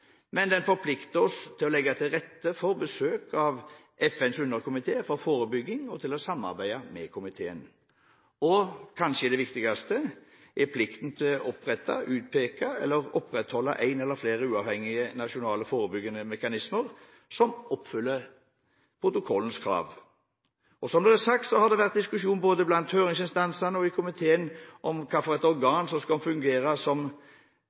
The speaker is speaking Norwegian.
Men den forplikter oss til å legge til rette for besøk av FNs underkomite for forebygging og til å samarbeide med komiteen, og – kanskje det viktigste – er plikten til å opprette, utpeke eller opprettholde en eller flere uavhengige nasjonale forebyggende mekanismer som oppfyller protokollens krav. Som det er sagt, har det vært diskusjon både blant høringsinstansene og i komiteen om hvilket organ som skal fungere som